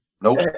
Nope